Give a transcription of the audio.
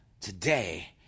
today